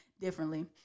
differently